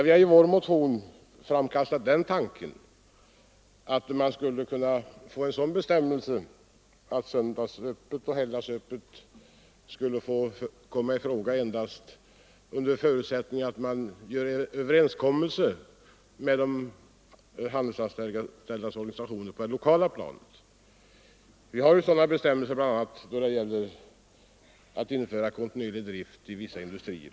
I vår motion har vi framkastat den tanken att man skulle kunna skapa en sådan bestämmelse att helgoch söndagsöppet kunde komma i fråga endast under förutsättning att överenskommelser träffades med de handelsanställdas organisationer på det lokala planet. Sådana bestämmelser finns ju bl.a. då det gäller att införa kontinuerlig drift vid vissa industrier.